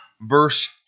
verse